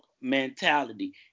mentality